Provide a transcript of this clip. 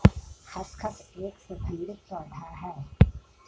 खसखस एक सुगंधित पौधा है